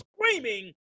screaming